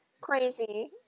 crazy